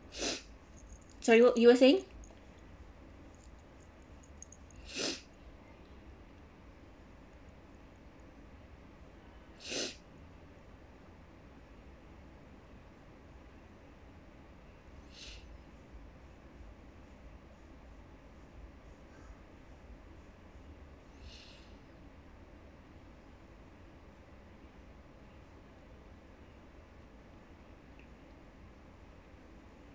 sorry you were saying